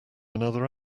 another